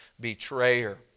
betrayer